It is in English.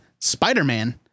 Spider-Man